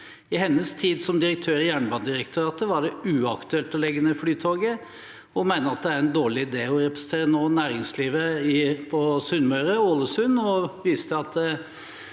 I hennes tid som direktør i Jernbanedirektoratet var det uaktuelt å legge ned Flytoget, og hun mener at det er en dårlig idé. Hun representerer nå næringslivet i Ålesund og på